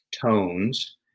tones